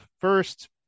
first